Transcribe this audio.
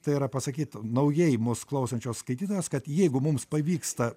tai yra pasakytų naujai mus klausančios skaitytojas kad jeigu mums pavyksta